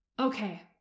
Okay